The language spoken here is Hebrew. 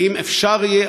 האם אפשר יהיה,